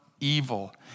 evil